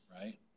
right